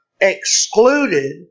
excluded